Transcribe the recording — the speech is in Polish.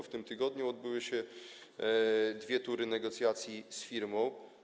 W tym tygodniu odbyły się dwie tury negocjacji z firmą.